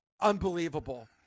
unbelievable